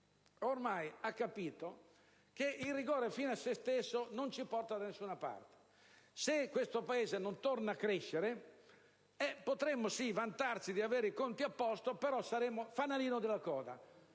ha capito che il rigore fine a se stesso non ci porta da nessuna parte. Se questo Paese non torna a crescere, potremmo sì vantarci di avere i conti a posto, però saremmo il fanalino di coda.